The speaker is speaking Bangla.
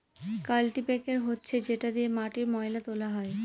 কাল্টিপ্যাকের হচ্ছে যেটা দিয়ে মাটির ময়লা তোলা হয়